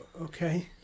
Okay